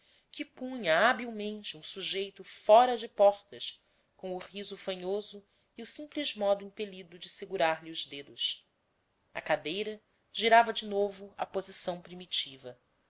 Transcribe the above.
que punha habilmente um sujeito fora de portas com o riso fanhoso e o simples modo impelido de segurar lhe os dedos a cadeira girava de novo à posição primitiva